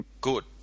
good